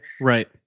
Right